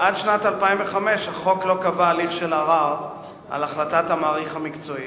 עד שנת 2005 החוק לא קבע הליך של ערר על החלטת המעריך המקצועי,